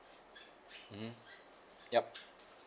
mmhmm yup